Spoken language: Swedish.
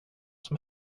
som